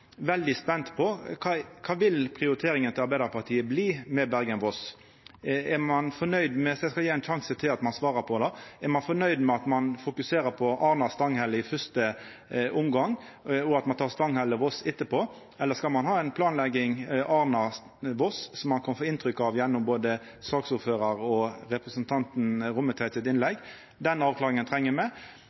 veldig spente på kva prioriteringane til Arbeidarpartiet blir for Bergen–Voss. Eg skal gje ein sjanse til til å svara på det. Er ein nøgd med å fokusera på Arna–Stanghelle i fyrste omgang, og at ein tek Stanghelle–Voss etterpå? Eller skal ein planleggja Arna–Voss, som ein kan få inntrykk av gjennom innlegga til saksordføraren og representanten Rommetveit? Den avklaringa treng me, all den